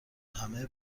همه